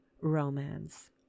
romance